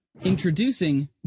Introducing